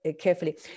carefully